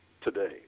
today